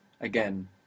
again